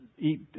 eat